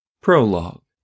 Prologue